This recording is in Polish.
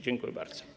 Dziękuję bardzo.